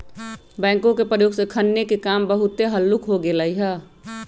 backhoe के प्रयोग से खन्ने के काम बहुते हल्लुक हो गेलइ ह